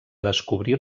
descobrir